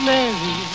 Mary